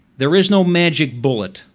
there is no magic bullet.